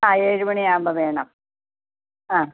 ആ ഏഴ് മണിയാകുമ്പോൾ വേണം ആ